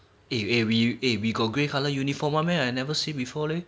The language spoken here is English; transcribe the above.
eh eh we got grey colour uniform one meh I never see before leh